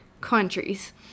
countries